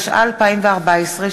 התשע"ה 2014,